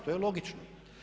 To je logično.